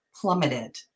plummeted